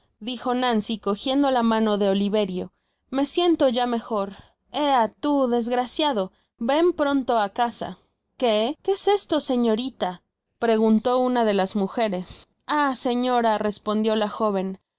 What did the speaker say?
dijo nancy cojiendo la mano de oliverio me siento ya mejor ea tu desgraciado ven pronto á casa que que es esto scñorrita preguntó una de las mugeres ahseñora respondió la joven